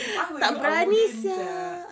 if I were you I wouldn't sia